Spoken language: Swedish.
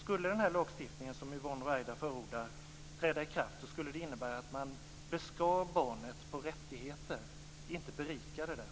Skulle den lagstiftning som Yvonne Ruwaida förordar träda i kraft så skulle det innebära att man beskar barnet på rättigheter, inte berikade det.